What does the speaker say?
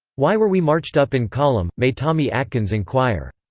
why were we marched up in column may tommy atkins enquire.